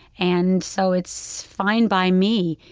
and so it's fine by me.